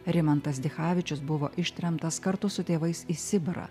rimantas dichavičius buvo ištremtas kartu su tėvais į sibirą